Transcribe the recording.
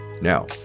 Now